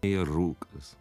ir rūkas